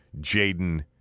Jaden